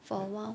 for a while